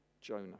Jonah